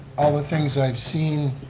all the things i've seen,